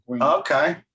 Okay